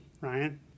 Ryan